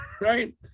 Right